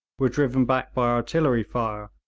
were driven back by artillery fire,